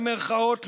במירכאות,